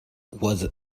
was